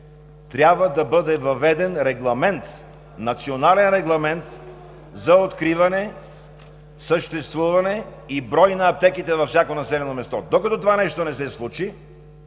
трябва да бъде въведен национален регламент за откриване, съществуване и брой на аптеките във всяко населено място. Докато това нещо не се случи,